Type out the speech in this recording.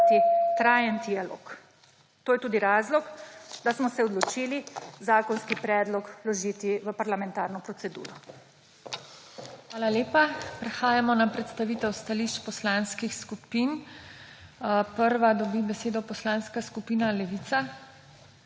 trajen dialog. To je tudi razlog, da smo se odločili zakonski predlog vložiti v parlamentarno proceduro. **PODPREDSEDNICA TINA HEFERLE:** Hvala lepa. Prehajamo na predstavitev stališč poslanskih skupin. Prva dobi besedo Poslanska skupina Levica,